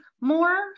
more